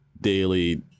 daily